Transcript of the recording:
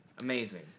amazing